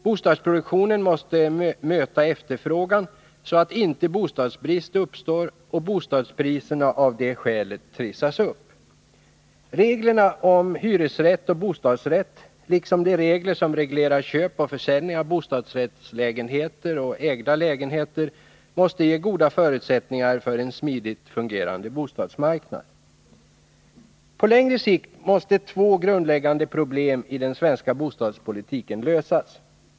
Bostadsproduktionen måste möta efterfrågan så att inte bostadsbrist uppstår och bostadspriserna av det skälet trissas upp. Reglerna om hyresrätt och bostadsrätt — liksom de regler som reglerar köp och försäljning av bostadsrättslägenheter och ägda lägenheter — måste ge goda förutsättningar för en smidigt fungerande bostadsmarknad. På längre sikt måste två grundläggande problem i den svenska bostadspolitiken lösas.